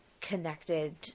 connected